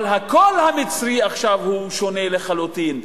אבל הקול המצרי עכשיו הוא שונה לחלוטין.